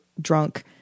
drunk